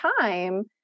time